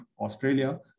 Australia